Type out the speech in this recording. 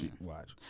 Watch